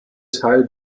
teil